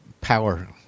power